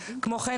כמו כן,